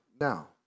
now